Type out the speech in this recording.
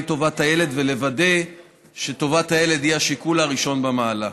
טובת הילד ולוודא שטובת הילד היא השיקול הראשון במעלה.